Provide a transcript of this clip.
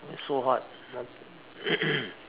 so hard